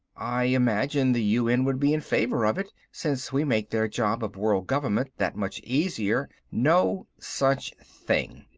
i imagine the un would be in favor of it, since we make their job of world government that much easier no such thing,